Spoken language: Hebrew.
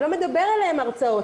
לא מדבר אליהם הרצאות.